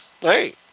hey